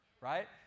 right